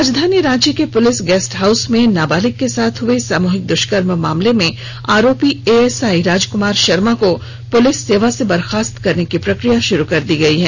राजधानी रांची के police guest house में नाबालिग के साथ हए सामूहिक द्वष्कर्म मामले में आरोपी एएसआई राजक्मार शर्मा को पुलिस सेवा से बर्खास्त करने की प्रक्रिया शुरू कर दी गई है